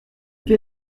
quel